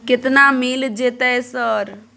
केतना मिल जेतै सर?